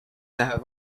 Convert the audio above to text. lähevad